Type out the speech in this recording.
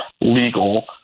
legal